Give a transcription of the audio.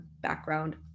background